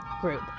group